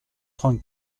trente